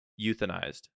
euthanized